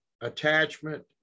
attachment